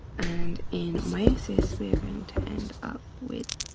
and in meiosis, we are going to end up with